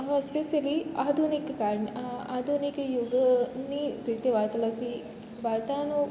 હવે સ્પેસ્યલી આધુનિક કાળના આધુનિક યુગો ની રીતે વાત લખવી વાર્તાનો